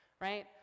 right